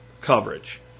coverage